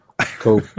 Cool